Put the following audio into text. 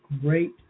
great